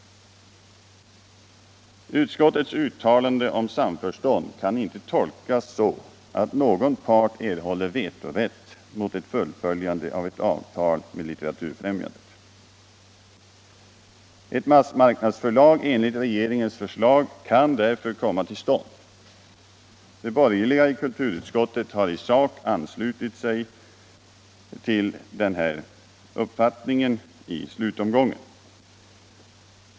Utskottets uttalanden om samförstånd kan inte tolkas så att någon part erhåller vetorätt mot Ett massmarknadsförlag enligt regeringens förslag kan därför komma till stånd. De borgerliga i kulturutskouet har i sak anslutit sig till den uppfattningen i slutomgången.